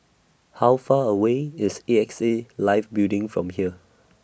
How Far away IS A X A Life Building from here